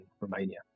romania